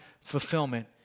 fulfillment